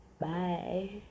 Bye